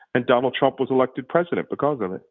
and donald trump was elected president because of